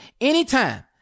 anytime